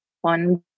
one